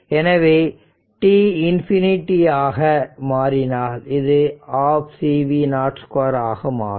எனவே t infinity ஆக மாறினால் இது ½ C v0 2 ஆக மாறுபடும்